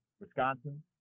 Wisconsin